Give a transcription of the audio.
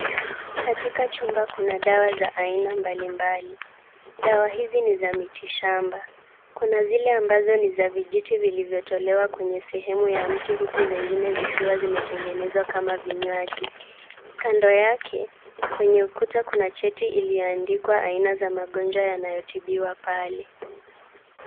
Katika chumba kuna dawa za aina mbalimbali. Dawa hizi ni za miti shamba. Kuna zile ambazo ni za vijiti vilivyotolewa kwenye sehemu ya mti, huku zingine zikiwa zimetengenezwa kama vinywaji. Kando yake kwenye ukuta, kuna cheti iliyoandikwa aina za magonjwa yanayotibiwa pale.